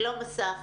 שלום, אסף.